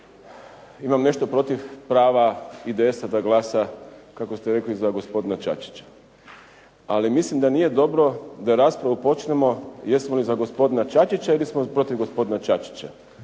imam nešto protiv prava IDS-a da glasa, kako ste rekli, za gospodina Čačića. Ali mislim da nije dobro da raspravu počnemo jesmo li za gospodina Čačića ili smo protiv gospodina Čačića,